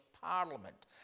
Parliament